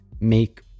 make